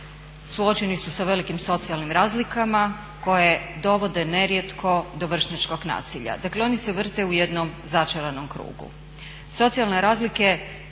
suočeni su sa velikim socijalnim razlikama koje dovode nerijetko do vršnjačkog nasilja. Dakle, oni se vrte u jednom začaranom krugu. Socijalne razlike